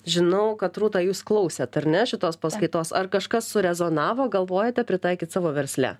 žinau kad rūta jūs klausėt ar ne šitos paskaitos ar kažkas surezonavo galvojote pritaikyt savo versle